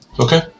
okay